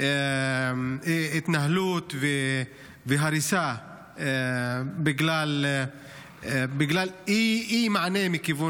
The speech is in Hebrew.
התנהלות והריסה בגלל אי-מענה מכיוון